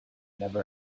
never